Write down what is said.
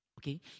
Okay